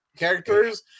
characters